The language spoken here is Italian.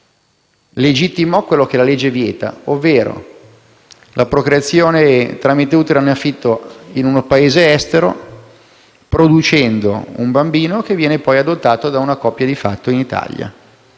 legittimato ciò che la legge vieta, ovvero la procreazione tramite utero in affitto in un Paese estero, e la nascita di un bambino che viene poi adottato da una coppia di fatto in Italia.